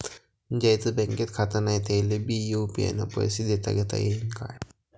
ज्याईचं बँकेत खातं नाय त्याईले बी यू.पी.आय न पैसे देताघेता येईन काय?